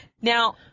Now